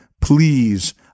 Please